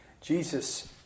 Jesus